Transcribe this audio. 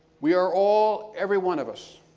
we are all, every one of us,